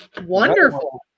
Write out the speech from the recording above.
Wonderful